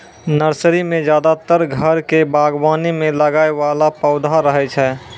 nursery मॅ ज्यादातर घर के बागवानी मॅ लगाय वाला पौधा रहै छै